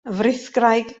frithgraig